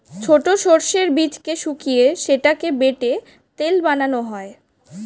ছোট সর্ষের বীজকে শুকিয়ে সেটাকে বেটে তেল বানানো হয়